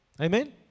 Amen